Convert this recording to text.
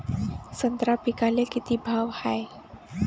संत्रा पिकाले किती भाव हाये?